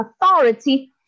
authority